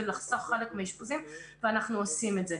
ולחסוך חלק מהאשפוזים ואנחנו עושים את זה.